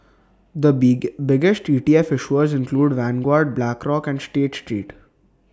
the big biggest E T F issuers include Vanguard Blackrock and state street